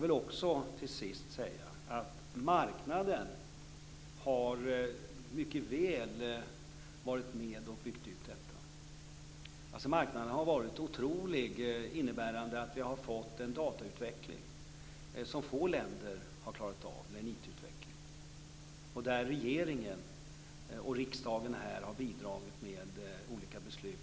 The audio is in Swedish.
Till sist vill jag säga att marknaden mycket väl har varit med och byggt ut detta. Marknaden har varit otrolig, innebärande att vi har fått en datautveckling på IT-området som få länder har klarat av och där regeringen och riksdagen har bidragit med olika beslut.